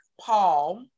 Paul